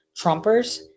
Trumpers